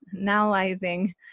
analyzing